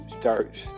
starts